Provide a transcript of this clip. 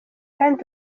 kandi